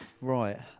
Right